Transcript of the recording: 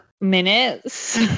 minutes